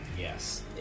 Yes